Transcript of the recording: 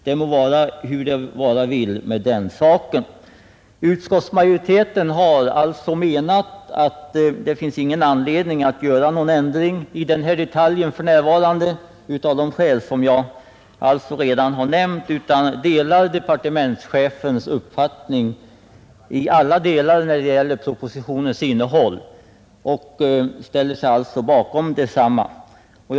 Det må vara hur det vill med den saken, men utskottet har menat att det för närvarande inte finns någon anledning att göra ändringar i den detaljen, av skäl som jag här har nämnt. Utskottet har delat departementschefens uppfattning i propositionen och ställer sig helt bakom den. Fru talman!